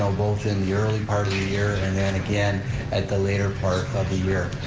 um both in the early part of the year and then again at the later part of the year.